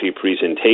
presentation